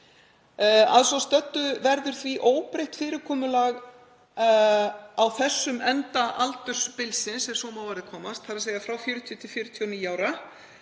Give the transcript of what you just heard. Að svo stöddu verður því óbreytt fyrirkomulag á þessum enda aldursbilsins, ef svo má að orði komast, þ.e. frá 40–49 ára,